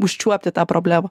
užčiuopti tą problemą